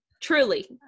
Truly